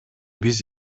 биз